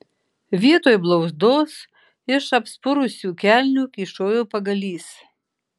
vietoj blauzdos iš apspurusių kelnių kyšojo pagalys